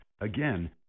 Again